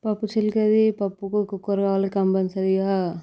పప్పు చిలికేది పప్పుకు కుక్కర్ కావాలి కంపల్సరీగా